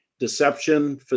Deception